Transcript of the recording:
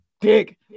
dick